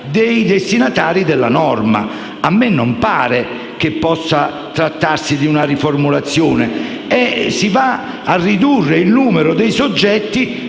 dei destinatari della norma. A me non pare che possa trattarsi di una riformulazione. Si va a ridurre il numero dei soggetti